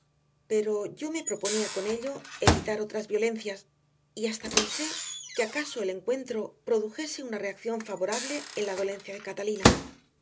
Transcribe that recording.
pero yo me proponía con ello evitar otras violencias y hasta pensé que acaso el encuentro produjese una reacción favorable en la dolencia de catalina